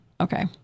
Okay